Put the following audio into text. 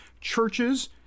churches